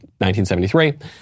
1973